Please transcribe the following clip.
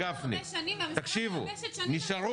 --- הרבה שנים --- שנים על גבי שנים --- חבר'ה,